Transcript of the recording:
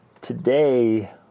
today